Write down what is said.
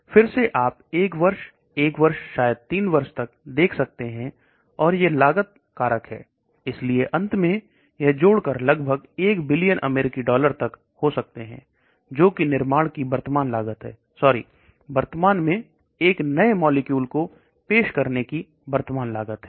फिर से आप 1 वर्ष 1 वर्ष शायद 3 वर्क देख सकते हैं और यह लागत कारक है इसलिए अंत में यह जोड़कर लगभग 1 बिलियन अमेरिकी डॉलर तक हो सकते हैं जो कि निर्माण की वर्तमान लागत है परी बाजार में एक नए मॉलिक्यूल को पेश करने की वर्तमान लागत है